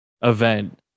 event